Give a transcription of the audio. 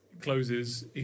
Closes